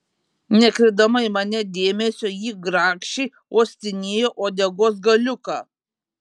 nekreipdama į mane dėmesio ji grakščiai uostinėjo uodegos galiuką